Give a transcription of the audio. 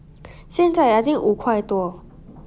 现在 I think 五块多